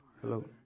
Hello